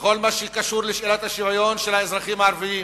בכל מה שקשור לשאלת השוויון של האזרחים הערבים.